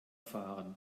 fahren